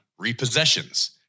repossessions